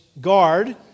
guard